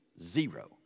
Zero